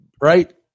Right